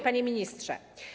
Panie Ministrze!